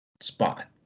Spot